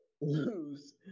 lose